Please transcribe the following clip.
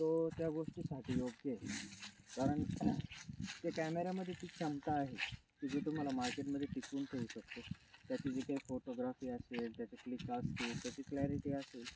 तो त्या गोष्टीसाठी योग्य आहे कारण त्या कॅमेऱ्यामध्ये ती क्षमता आहे की जे तुम्हाला मार्केटमध्ये टिकवून ठेवू शकतो त्याची जी काय फोटोग्राफी असेल त्याचं क्लिक असतील त्याची क्लॅरिटी असेल